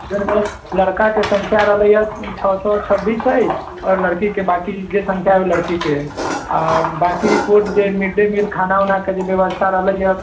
लगभग लड़का के संख्या रहलैय छओ सए छब्बीस अइ और लड़की के बाकी जे संख्या ओ लड़की के अइ आ बाकी रिपोर्ट जे मिड डे मील खाना ऊना के जे व्यवस्था रहलैय